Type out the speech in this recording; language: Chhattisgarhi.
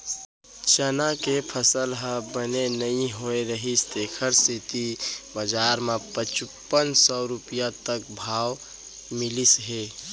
चना के फसल ह बने नइ होए रहिस तेखर सेती बजार म पचुपन सव रूपिया तक भाव मिलिस हे